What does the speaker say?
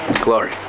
Glory